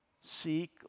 Seek